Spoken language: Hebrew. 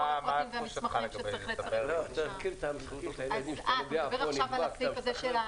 אתה מדבר על הסעיף הזה?